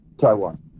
Taiwan